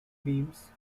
beams